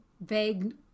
vague